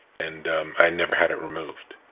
and i never had it removed.